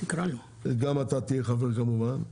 גם אתה תהיה חבר, כמובן.